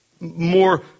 more